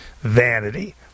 Vanity